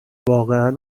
واقعا